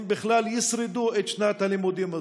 אם בכלל ישרדו את שנת הלימודים הזו.